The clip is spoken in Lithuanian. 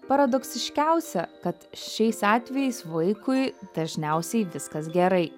paradoksiškiausia kad šiais atvejais vaikui dažniausiai viskas gerai